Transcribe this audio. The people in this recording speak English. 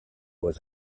was